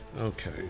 Okay